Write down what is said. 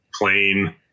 plain